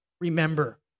remember